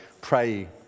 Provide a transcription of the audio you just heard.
pray